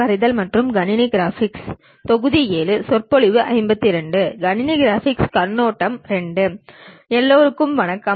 orthographic projections I பகுதி 1 அனைவருக்கும் வணக்கம்